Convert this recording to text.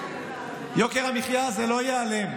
יוקר המחיה לא ייעלם.